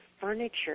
furniture